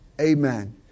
Amen